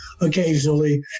occasionally